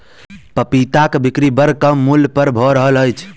पपीताक बिक्री बड़ कम मूल्य पर भ रहल अछि